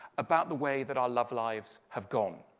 about the way that our love lives have gone.